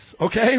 Okay